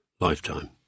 lifetime